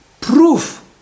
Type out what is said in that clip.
Proof